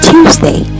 Tuesday